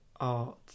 Art